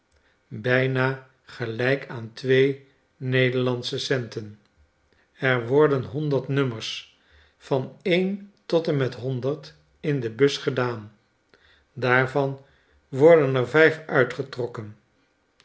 bijna gelijk aan nederen er worden honderd nummers van een tot en met honderd in de bus gedaan daarvan worden er vijf uitgetrokken